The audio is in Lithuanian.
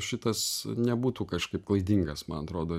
šitas nebūtų kažkaip klaidingas man atrodo